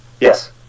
Yes